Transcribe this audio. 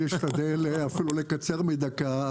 אני אשתדל אפילו לקצר מדקה.